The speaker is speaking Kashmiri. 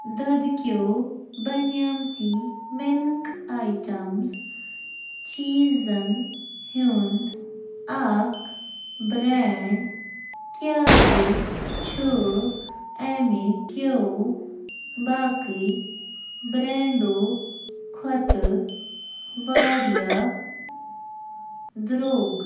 دۄدھٕکیٛو بَنیٛامِتۍ مِلک آیٹَمٕز چیٖزن ہیٛونٛد اکھ برٛینٛڈ کیٛازِ چھُ اَمہِ کیٛو باقٕے برٛینٛڈو کھۄتہٕ واریاہ درٛوگ